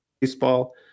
baseball